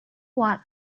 what